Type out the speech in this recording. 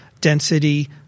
density